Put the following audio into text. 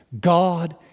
God